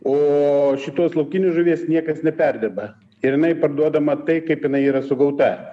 o šitos laukinių žuvies niekas neperdirba ir jinai parduodama tai kaip jinai yra sugauta